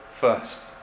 first